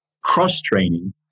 cross-training